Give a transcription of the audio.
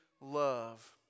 love